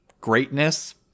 greatness